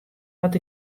wat